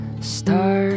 start